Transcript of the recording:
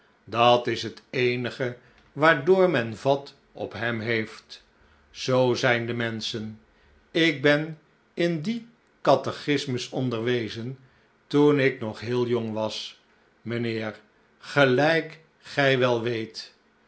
dat is het eenige waardoor men vat op hem heeft zoo zijn de menschen ik ben in dien catechismus onderwezen toen ik nog heel jong was mijnheer gelijk gij wel weet